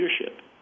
leadership